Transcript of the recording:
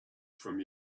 from